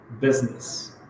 business